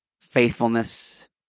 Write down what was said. faithfulness